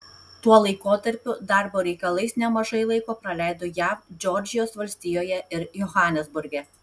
tuo laikotarpiu darbo reikalais nemažai laiko praleido jav džordžijos valstijoje ir johanesburge